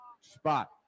spot